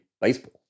baseball